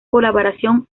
colaboración